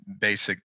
basic